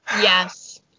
yes